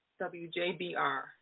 WJBR